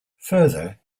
further